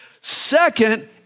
Second